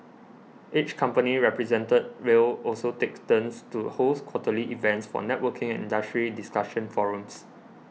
each company represented will also take turns to host quarterly events for networking and industry discussion forums